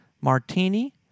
Martini